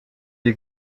die